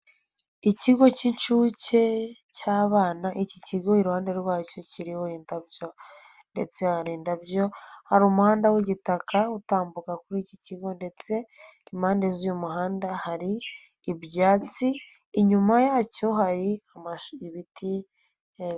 Ikigo k'inshuke cy'abana iki kigo iruhande rwacyo kiriho indabyo ndetse hari indabyo hari umuhanda w'igitaka utambuka kuri iki kigo, ndetse impande z'uyu muhanda hari ibyatsi inyuma yacyo hari ibiti hejuru.